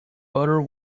butter